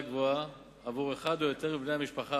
גבוהה עבור אחד או יותר מבני המשפחה